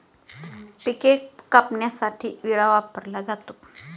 पिके कापण्यासाठी विळा वापरला जातो